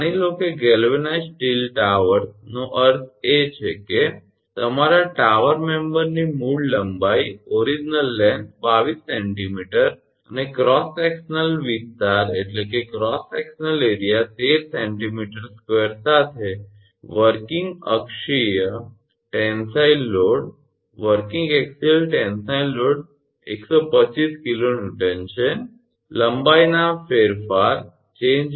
માની લો કે ગેલ્વેનાઈઝ્ડ સ્ટીલ ટાવર્સનો અર્થ એ છે કે તમારા ટાવર મેમ્બરની મૂળ લંબાઈ 22 𝑐𝑚 અને ક્રોસ સેકશનલ વિસ્તાર 13 𝑐𝑚2 સાથે વર્કિંગ અક્ષીય ટેન્સાઇલ લોડ 125 𝑘𝑁 છે લંબાઈમાં ફેરફાર 0